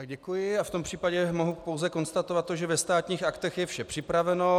Děkuji a v tom případě mohu pouze konstatovat, že ve Státních aktech je vše připraveno.